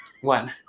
one